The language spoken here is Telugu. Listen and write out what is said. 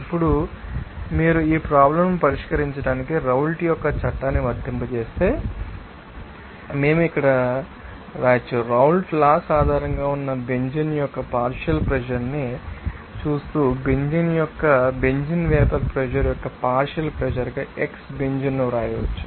ఇప్పుడు మీరు ఈ ప్రాబ్లం ను పరిష్కరించడానికి రౌల్ట్ యొక్క చట్టాన్ని వర్తింపజేస్తే మేము ఇక్కడ వ్రాయవచ్చు రౌల్ట్ లాస్ ఆధారంగా ఉన్న బెంజీన్ యొక్క పార్షియల్ ప్రెషర్ ని చూస్తూ బెంజీన్ యొక్క బెంజీన్ వేపర్ ప్రెషర్ యొక్క పార్షియల్ ప్రెషర్ గా x బెంజీన్ను వ్రాయవచ్చు